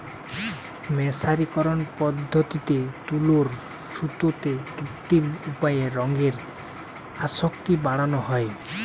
মের্সারিকরন পদ্ধতিতে তুলোর সুতোতে কৃত্রিম উপায়ে রঙের আসক্তি বাড়ানা হয়